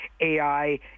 AI